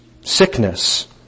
sickness